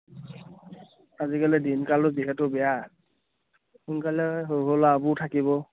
আজিকালি দিনকালো যিহেতু বেয়া সোনকালে সৰু সৰু ল'ৰাবোৰ থাকিব